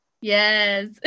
yes